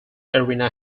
arena